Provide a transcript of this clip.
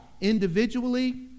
individually